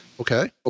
Okay